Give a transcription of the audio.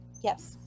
Yes